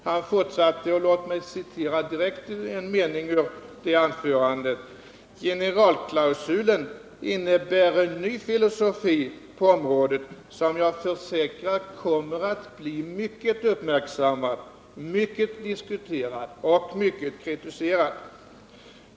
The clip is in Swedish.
Han fortsatte: ”Generalklausulen innebär en ny filosofi på området som jag försäkrar kommer att bli mycket uppmärksammad, mycket diskuterad och mycket kritiserad.